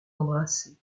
embrasser